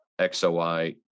XOI